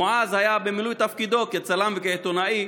מועאז היה במילוי תפקידו כצלם וכעיתונאי